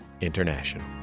International